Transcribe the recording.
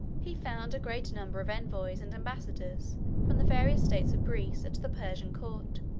he found a great number of envoys and embassadors from the various states of greece at the persian court,